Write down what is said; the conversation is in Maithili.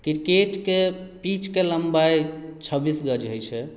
क्रिकेटके पीचके लम्बाई छब्बीस गज होइत छै